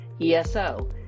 ESO